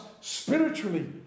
spiritually